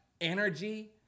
energy